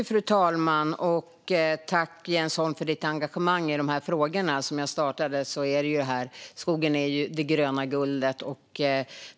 Fru talman! Tack, Jens Holm, för ditt engagemang i de här frågorna! Som jag inledde med är ju skogen det gröna guldet.